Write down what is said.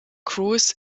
cruise